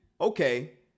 okay